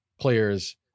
players